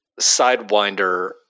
Sidewinder